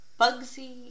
Bugsy